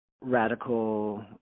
radical